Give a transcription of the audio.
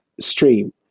stream